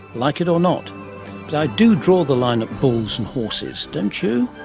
like it or not. but i do draw the line at bulls and horses, don't you?